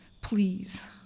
Please